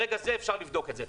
ברגע זה אפשר לבדוק את זה.